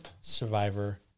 survivor